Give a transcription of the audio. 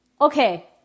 Okay